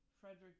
Frederick